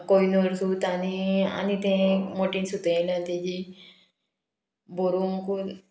कोयनूर सुत आनी आनी तें मोटी सुतां येला तेजी बरोवंक